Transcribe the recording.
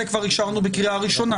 זה כבר אישרנו בקריאה הראשונה,